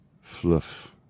fluff